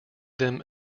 them